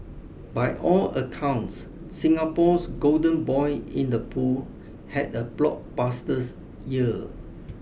by all accounts Singapore's golden boy in the pool had a blockbuster year